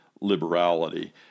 liberality